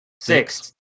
six